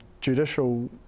judicial